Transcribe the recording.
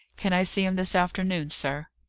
can i see him this afternoon, sir?